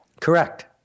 Correct